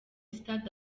stade